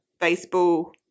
baseball